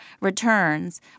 returns